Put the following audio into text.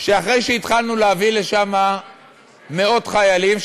שאחרי שהתחלנו להביא לשם מאות חיילים,